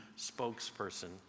spokesperson